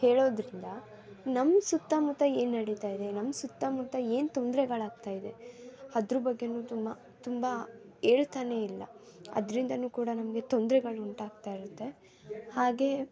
ಹೇಳೋದರಿಂದ ನಮ್ಮ ಸುತ್ತಮುತ್ತ ಏನು ನಡೀತಾ ಇದೆ ನಮ್ಮ ಸುತ್ತಮುತ್ತ ಏನು ತೊಂದರೆಗಳಾಗ್ತ ಇದೆ ಅದ್ರ ಬಗ್ಗೆಯೂ ತುಂಬ ತುಂಬ ಹೇಳ್ತನೇ ಇಲ್ಲ ಅದ್ರಿಂದಲೂ ಕೂಡ ನಮಗೆ ತೊಂದ್ರೆಗಳು ಉಂಟಾಗ್ತ ಇರುತ್ತೆ ಹಾಗೆ